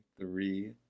Three